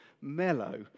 mellow